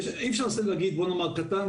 אי אפשר להגיד קטן,